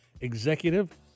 Executive